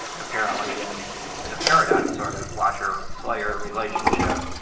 apparently in the paradigm sort of watcher slayer relationship,